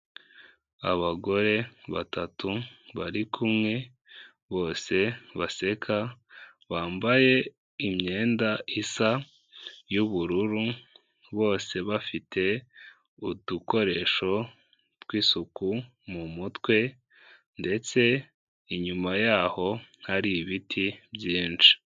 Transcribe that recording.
Abagore batatu bari kumwe bose baseka, bambaye imyenda isa y'ubururu, bose bafite udukoresho tw'isuku mu mutwe ndetse inyuma yaho hari ibiti byinshi.